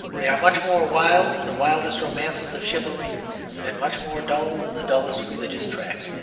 they are much more wild than the wildest romances of chivalry and much more dull than the dullest religious tract.